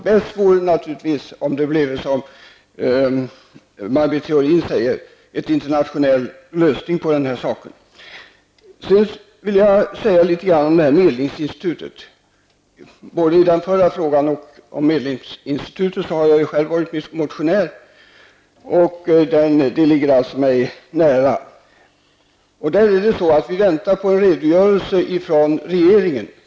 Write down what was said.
Bäst vore det naturligtvis om det, som Maj Britt Theorin sade, bleve en internationell lösning på frågan. Jag vill sedan säga något om medlingsinstitutet. Jag har själv varit med och motionerat i både den förra frågan och frågan om medlingsinstitutet. Detta ligger mig alltså nära. Vi väntar här på en redogörelse från regeringen.